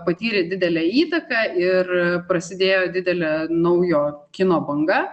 patyrė didelę įtaką ir prasidėjo didelė naujo kino banga